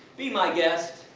be my guest,